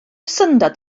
syndod